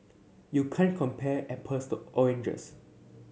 you can't compare apples to oranges